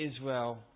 Israel